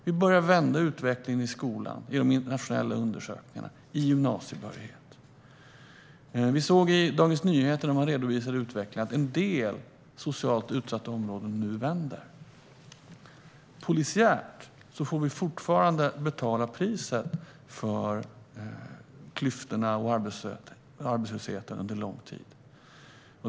Vi börjar vända utvecklingen i skolan, vilket syns i de internationella undersökningarna och när det gäller gymnasiebehörighet. Vi såg i Dagens Nyheter där man redovisade utvecklingen att det nu vänder i en del socialt utsatta områden. Polisiärt får vi fortfarande betala priset för klyftorna och arbetslösheten under lång tid.